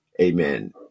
Amen